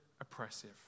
oppressive